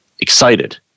excited